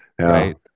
Right